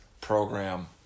program